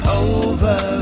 over